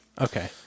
Okay